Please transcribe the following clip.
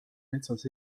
metsas